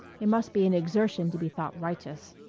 it must be an exertion to be thought righteous.